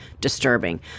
disturbing